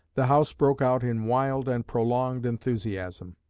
the house broke out in wild and prolonged enthusiasm.